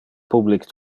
public